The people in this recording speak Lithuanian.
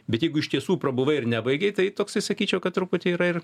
bet jeigu iš tiesų prabuvai ir nebaigei tai toksai sakyčiau kad truputį yra ir